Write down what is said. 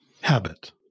Habit